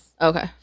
Okay